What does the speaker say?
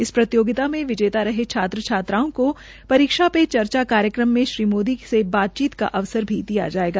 इस प्रतियोगिता में विजेता रहे छात्रछात्राओं को परीक्षा पे चर्चा कार्यक्रम में श्री मोदी से बातचीत का अवसर दिया जायेगा